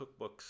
cookbooks